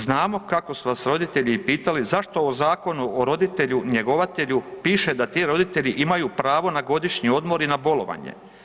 Znamo kako su vas roditelji pitali zašto o Zakonu o rodilju njegovatelju piše da ti roditelji imaju pravo na godišnji odmor i na bolovanje.